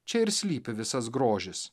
čia ir slypi visas grožis